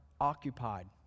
occupied